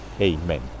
Amen